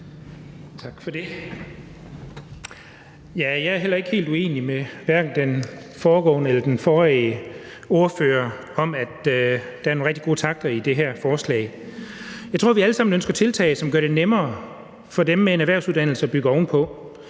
Jeg er heller ikke helt uenig med hverken den foregående ordfører eller ordføreren før det i, at der er nogle rigtig gode takter i det her forslag. Jeg tror, vi alle sammen ønsker tiltag, som gør det nemmere for dem med en erhvervsuddannelse at bygge ovenpå.